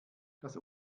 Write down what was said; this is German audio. dass